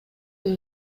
деп